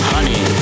Honey